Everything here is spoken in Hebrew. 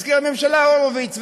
מזכיר הממשלה הורוביץ,